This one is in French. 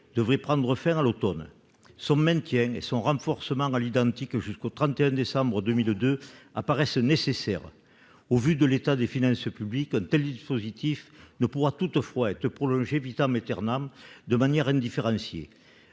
devrait prendre fin à l'automne. Son maintien et son renforcement jusqu'au 31 décembre 2022 paraissent nécessaires. Au vu de l'état des finances publiques, un tel dispositif ne pourra toutefois être prolongé de manière indifférenciée.